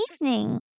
evening